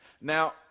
Now